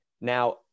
now